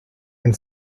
and